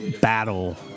battle